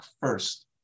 first